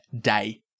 day